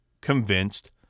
convinced